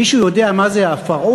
מישהו יודע מה זה ה"פרהוד"?